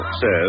says